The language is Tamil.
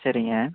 சரிங்க